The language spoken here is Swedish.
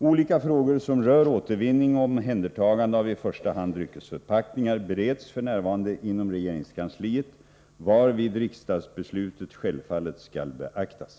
Olika frågor som rör återvinning och omhändertagande av i första hand dryckesförpackningar bereds f.n. inom regeringskansliet, varvid riksdagsbeslutet självfallet skall beaktas.